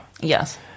Yes